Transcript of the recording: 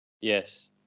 Yes